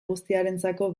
guztiarentzako